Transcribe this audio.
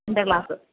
എന്റെ ക്ലാസ്സ്